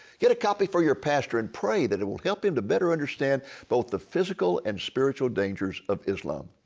get a copy for you pastor, and pray that it will help him to better understand both the physical and spiritual dangers of islam.